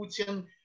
Putin